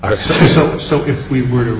so so so if we were to